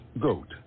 GOAT